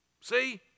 see